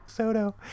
soto